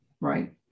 right